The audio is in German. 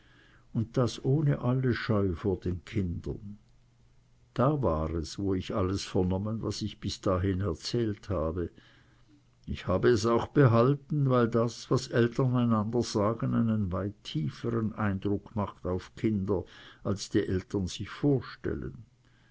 und das ohne alle scheu vor den kindern da war es wo ich alles vernommen was ich bis dahin erzählt habe ich habe es auch behalten weil das was eltern einander sagen einen weit tiefern eindruck macht auf kinder als die eltern sich vorstellen